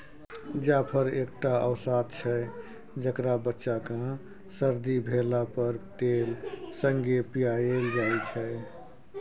जाफर एकटा औषद छै जकरा बच्चा केँ सरदी भेला पर तेल संगे पियाएल जाइ छै